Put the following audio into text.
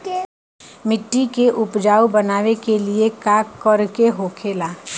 मिट्टी के उपजाऊ बनाने के लिए का करके होखेला?